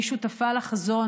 אני שותפה לחזון.